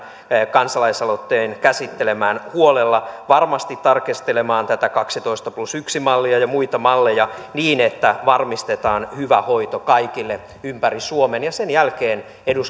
kansalaisaloitteen käsittelemään huolella varmasti tarkastelemaan tätä kaksitoista plus yksi mallia ja ja muita malleja niin että varmistetaan hyvä hoito kaikille ympäri suomen ja sen jälkeen eduskunta